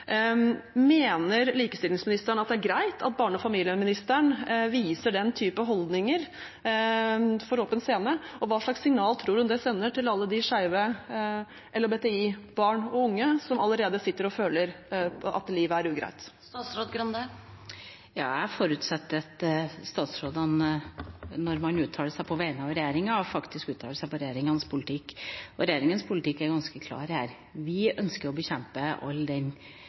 Mener likestillingsministeren det er greit at barne- og familieministeren viser den type holdninger for åpen scene, og hva slags signal tror hun det sender til alle skeive LHBTI-barn og -unge som allerede sitter og føler at livet er ugreit? Jeg forutsetter at statsrådene, når de uttaler seg på vegne av regjeringa, faktisk uttaler seg om regjeringas politikk. Og regjeringas politikk er ganske klar her: Vi ønsker å bekjempe all den